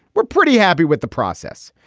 we're pretty happy with the process.